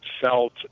felt